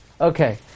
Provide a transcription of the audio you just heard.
Okay